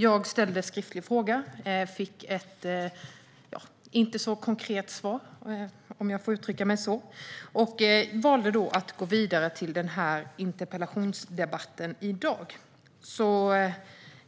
Jag ställde en skriftlig fråga och fick ett inte så konkret svar, om jag får uttrycka mig så. Jag valde då att gå vidare med en interpellation.